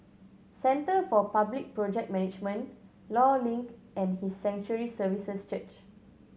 Center for Public Project Management Law Link and His Sanctuary Services Church